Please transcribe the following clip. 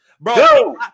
bro